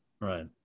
Right